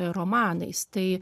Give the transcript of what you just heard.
romanais tai